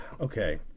okay